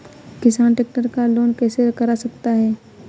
किसान ट्रैक्टर का लोन कैसे करा सकता है?